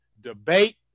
debate